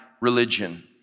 religion